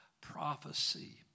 prophecy